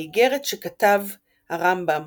מאיגרת שכתב הרמב"ם